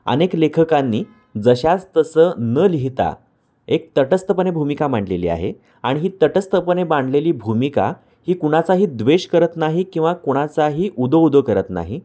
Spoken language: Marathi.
अनेक लेखकांनी जशास तसं न लिहिता एक तटस्थपणे भूमिका मांडलेली आहे आणि ही तटस्थपणे मांडलेली भूमिका ही कुणाचाही द्वेष करत नाही किंवा कुणाचाही उदो उदो करत नाही